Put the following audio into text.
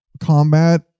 combat